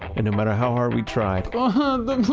and no matter how hard we tried but but